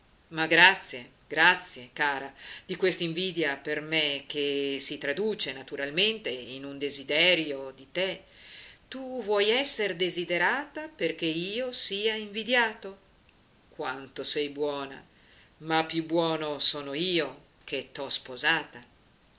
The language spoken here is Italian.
ma grazie grazie cara di quest'invidia per me che si traduce naturalmente in un desiderio di te tu vuoi esser desiderata perché io sia invidiato quanto sei buona ma più buono sono io che t'ho sposata